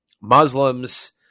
Muslims